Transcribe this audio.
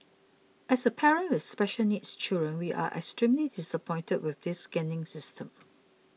as a parent with special needs children we are extremely disappointed with this scanning system